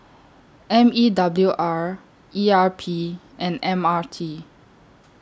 M E W R E R P and M R T